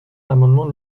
l’amendement